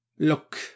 look